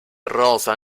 rosa